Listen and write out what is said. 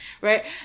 right